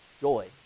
joy